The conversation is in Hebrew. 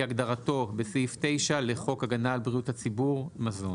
כהגדרתו בסעיף 9 לחוק הגנה על בריאות הציבור (מזון)."